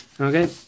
Okay